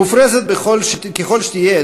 מופרזת ככל שתהיה,